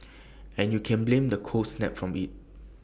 and you can blame the cold snap from IT